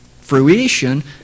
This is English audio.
fruition